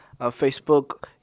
facebook